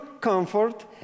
comfort